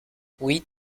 oui